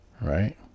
right